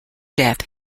death